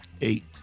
Eight